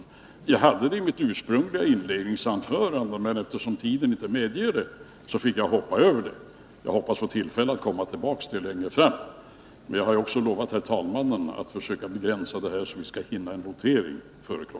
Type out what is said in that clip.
Jag hade tänkt ta upp den i mitt ursprungliga inledningsanförande, men eftersom tiden inte medgav det fick jag hoppa över detta. Jag hoppas få tillfälle att komma tillbaka till det längre fram. Men jag har också lovat herr talmannen att försöka begränsa mitt inlägg för att vi skall hinna med en votering före kl.